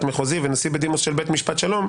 מחוזי ונשיא בדימוס של בית משפט שלום,